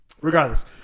Regardless